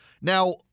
Now